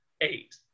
eight